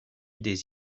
des